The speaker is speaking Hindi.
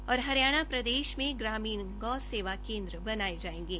हरियाणा प्रदेश में ग्रामीण गौसेवा केन्द्र बनाए जाएंगे